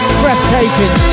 breathtaking